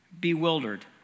bewildered